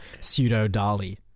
pseudo-Dali